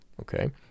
okay